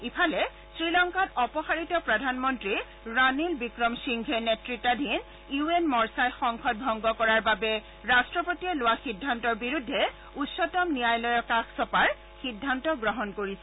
ইফালে শ্ৰীলংকাত অপসাৰিত প্ৰধানমন্ত্ৰী ৰাণীল বিক্ৰমসিংঘে নেতৃতাধীন ইউ এন মৰ্চাই সংসদ ভংগ কৰাৰ বাবে ৰাট্টপতিয়ে লোৱা সিদ্ধান্তৰ বিৰুদ্ধে উচ্চতম ন্যায়ালয়ৰ কাষ চপাৰ সিদ্ধান্ত গ্ৰহণ কৰিছে